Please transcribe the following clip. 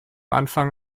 anfang